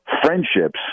friendships